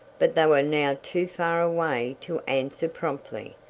but they were now too far away to answer promptly.